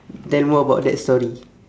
tell more about that story